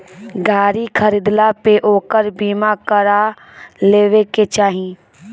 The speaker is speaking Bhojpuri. गाड़ी खरीदला पे ओकर बीमा करा लेवे के चाही